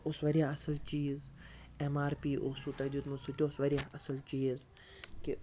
اوس واریاہ اَصٕل چیٖز ایٚم آر پی اوسوٕ تۄہہِ دیُتمُت سُہ تہِ اوس واریاہ اَصٕل چیٖز کہِ